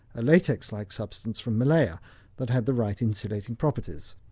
a latex-like substance from malaya that had the right insulating properties.